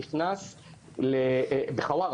נכנס לחווארה,